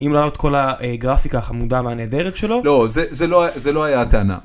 אם לא היה לו את כל הגרפיקה החמודה והנהדרת שלו? לא, זה זה לא, זה לא היה הטענה.